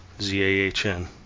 Z-A-H-N